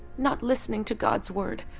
not listening to god's word,